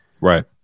Right